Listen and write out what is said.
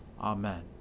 Amen